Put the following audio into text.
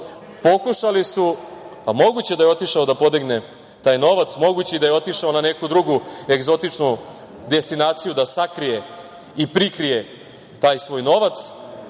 oglašava. Moguće je da je otišao da podigne taj novac. Moguće je i da je otišao na neku drugu egzotičnu destinaciju da sakrije i prikrije taj svoj novac.